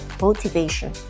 motivation